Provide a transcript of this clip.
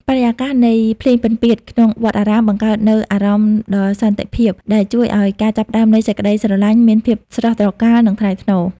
បរិយាកាសនៃ "ភ្លេងពិណពាទ្យ" ក្នុងវត្តអារាម បង្កើតនូវអារម្មណ៍ដ៏សន្តិភាព ដែលជួយឱ្យការចាប់ផ្ដើមនៃសេចក្ដីស្រឡាញ់មានភាពស្រស់ត្រកាល និងថ្លៃថ្នូរ។